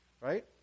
Right